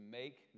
make